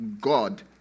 God